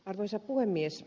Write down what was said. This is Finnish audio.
arvoisa puhemies